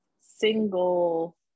single